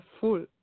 full